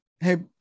Hey